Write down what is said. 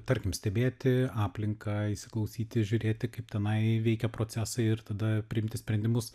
tarkim stebėti aplinką įsiklausyti žiūrėti kaip tenai veikia procesai ir tada priimti sprendimus